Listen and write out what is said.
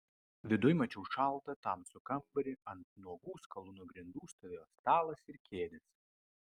viduj mačiau šaltą tamsų kambarį ant nuogų skalūno grindų stovėjo stalas ir kėdės